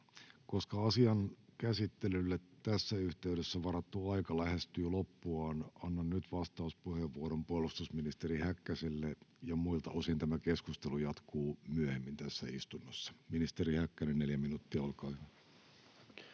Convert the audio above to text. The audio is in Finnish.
Koska asian käsittelylle tässä yhteydessä varattu aika lähestyy loppuaan, annan nyt vastauspuheenvuoron puolustusministeri Häkkäselle, ja muilta osin tämä keskustelu jatkuu myöhemmin tässä istunnossa. — Ministeri Häkkänen, neljä minuuttia, olkaa hyvä.